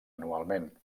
anualment